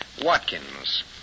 Watkins